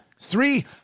three